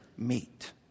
meet